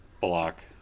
block